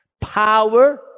Power